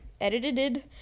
edited